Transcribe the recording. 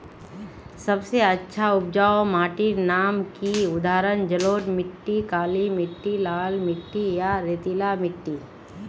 सबसे अच्छा उपजाऊ माटिर नाम की उदाहरण जलोढ़ मिट्टी, काली मिटटी, लाल मिटटी या रेतीला मिट्टी?